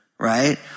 Right